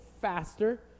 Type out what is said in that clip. faster